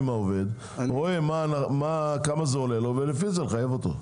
העובד, יראה כמה זה עולה לו ולפי זה יחייב אותו.